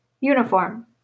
uniform